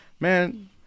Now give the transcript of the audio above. Man